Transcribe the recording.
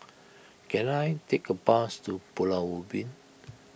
can I take a bus to Pulau Ubin